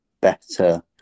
better